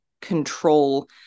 control